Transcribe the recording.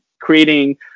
creating